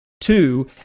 Two